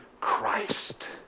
Christ